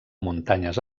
muntanyes